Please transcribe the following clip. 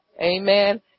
Amen